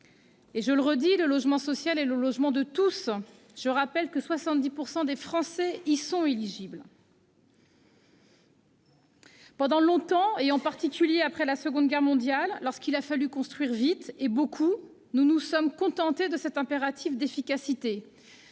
Je le redis, le logement social est le logement de tous, 70 % des Français y étant éligibles. Pendant longtemps, et en particulier après la Seconde Guerre mondiale, lorsqu'il a fallu construire vite et beaucoup, nous nous sommes contentés de cet impératif d'efficacité.